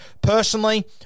personally